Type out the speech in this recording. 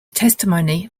testimony